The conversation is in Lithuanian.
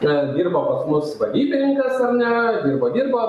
na dirba pas mus vadybininkas ar ne dirbo dirbo